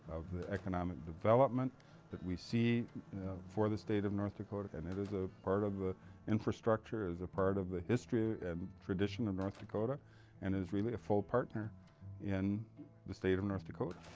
of the economic development that we see for the state of north dakota, and it is a part of an ah infrastructure, is a part of the history and tradition of north dakota and is really a full partner in the state of north dakota.